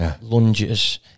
lunges